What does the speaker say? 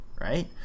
right